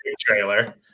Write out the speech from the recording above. trailer